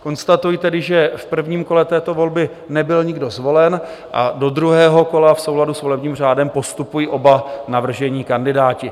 Konstatuji tedy, že v prvním kole této volby nebyl nikdo zvolen a do druhého kola v souladu s volebním řádem postupují oba navržení kandidáti.